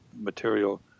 material